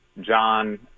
John